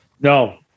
No